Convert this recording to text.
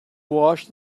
washed